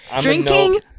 drinking